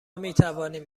میتوانیم